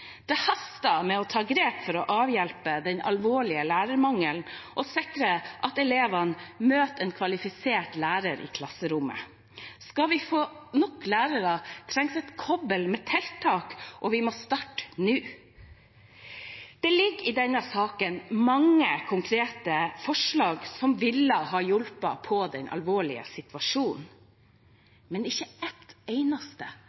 Det haster med å ta grep for å avhjelpe den alvorlige lærermangelen og sikre at elevene møter en kvalifisert lærer i klasserommet. Skal vi få nok lærere, trengs et kobbel med tiltak, og vi må starte nå. Det ligger i denne saken mange konkrete forslag som ville ha hjulpet på den alvorlige situasjonen. Men ikke ett eneste